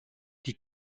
die